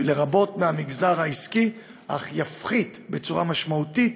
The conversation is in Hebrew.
לרבות מהמגזר העסקי, אך יפחית משמעותית